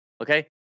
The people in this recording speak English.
okay